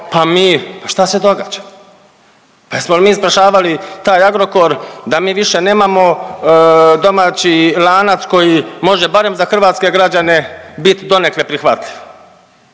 Pa šta se događa? Pa jesmo li mi spašavali taj Agrokor da mi više nemamo domaći lanac koji može barem za hrvatske građane bit donekle prihvatljiv